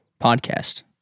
podcast